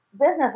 business